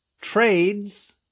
Trades